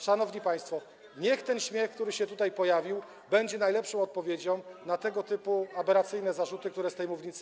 szanowni państwo, niech ten śmiech, który się tutaj pojawił, będzie najlepszą odpowiedzią na tego typu aberracyjne zarzuty, które padają z tej mównicy.